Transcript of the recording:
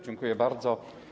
Dziękuję bardzo.